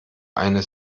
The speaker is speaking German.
eine